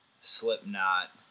Slipknot